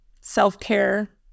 self-care